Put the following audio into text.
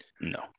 No